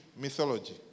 mythology